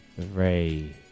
Three